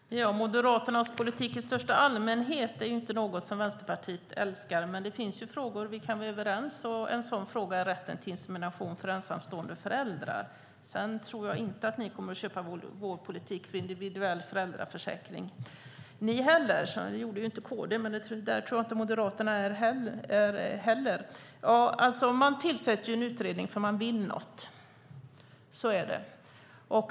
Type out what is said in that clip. Fru talman! Moderaternas politik i största allmänhet är inte något som Vänsterpartiet älskar. Men det finns frågor där vi kan vara överens, och en sådan fråga är rätten till insemination för ensamstående föräldrar. Sedan tror jag inte att ni kommer att köpa vår politik för individuell föräldraförsäkring ni heller - det gjorde ju inte Kristdemokraterna, men det tror jag inte heller att Moderaterna gör. Man tillsätter en utredning för att man vill något - så är det.